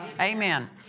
Amen